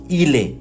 ile